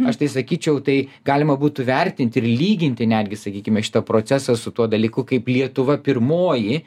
aš tai sakyčiau tai galima būtų vertinti ir lyginti netgi sakykime šitą procesą su tuo dalyku kaip lietuva pirmoji